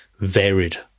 varied